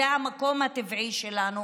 זה המקום הטבעי שלנו,